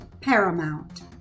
Paramount